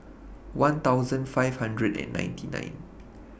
one thousand five hundred and ninety nine